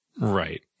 Right